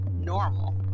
normal